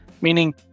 meaning